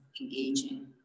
engaging